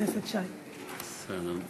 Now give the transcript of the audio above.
הכנסת תחליט אם